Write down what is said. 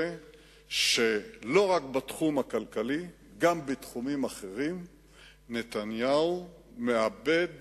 זה שלא רק בתחום הכלכלי אלא גם בתחומים אחרים נתניהו מאבד